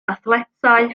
athletau